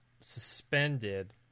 suspended